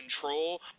control